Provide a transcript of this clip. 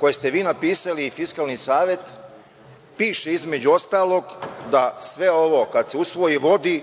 koje ste vi napisali i Fiskalni savet, piše između ostalog da sve ovo kada se usvoji vodi